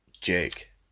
Jake